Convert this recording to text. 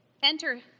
Enter